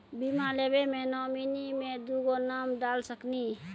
बीमा लेवे मे नॉमिनी मे दुगो नाम डाल सकनी?